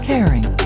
Caring